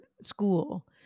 school